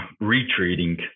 retreating